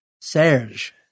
Serge